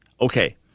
Okay